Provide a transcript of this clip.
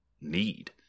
need